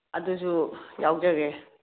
ꯑꯗꯨꯁꯨ ꯌꯥꯎꯖꯒꯦ